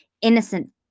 innocent